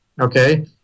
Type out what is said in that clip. okay